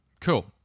Cool